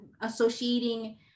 associating